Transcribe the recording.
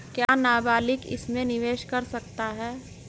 क्या नाबालिग इसमें निवेश कर सकता है?